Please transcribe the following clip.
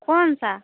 कौन सा